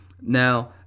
Now